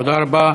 תודה רבה,